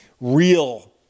real